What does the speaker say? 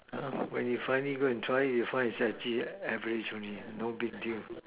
ya lor when you finally go and try you find it's just actually average only eh no big deal